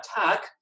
attack